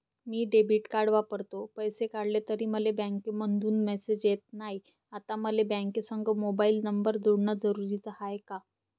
मी debit card वापरतो, पैसे काढले तरी मले बँकेमंधून मेसेज येत नाय, आता मले बँकेसंग मोबाईल नंबर जोडन जरुरीच हाय का?